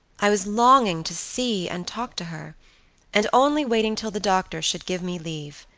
i was longing to see and talk to her and only waiting till the doctor should give me leave.